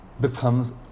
becomes